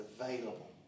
available